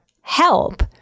help